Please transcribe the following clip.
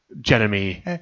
Jeremy